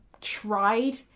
tried